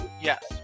Yes